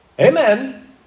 Amen